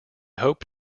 hope